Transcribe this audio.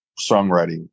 songwriting